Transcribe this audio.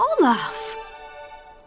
Olaf